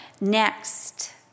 Next